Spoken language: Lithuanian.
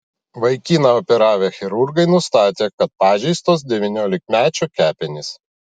vaikiną operavę chirurgai nustatė kad pažeistos devyniolikmečio kepenys